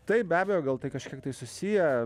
taip be abejo gal tai kažkiek tai susiję